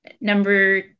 Number